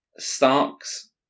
Starks